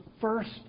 first